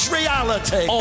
reality